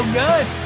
good